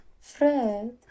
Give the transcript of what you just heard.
Fred